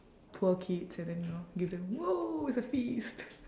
poor kids and then you know give them !woah! it's a feast